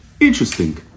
Interesting